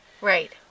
Right